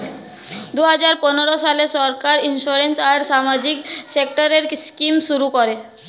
দুই হাজার পনেরো সালে সরকার ইন্সিওরেন্স আর সামাজিক সেক্টরের স্কিম শুরু করে